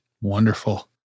Wonderful